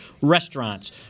restaurants